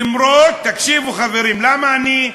למרות, תקשיבו, חברים, למה אני,